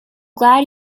glad